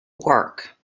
work